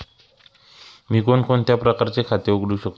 मी कोणकोणत्या प्रकारचे खाते उघडू शकतो?